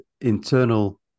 internal